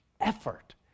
effort